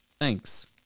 Thanks